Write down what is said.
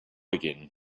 again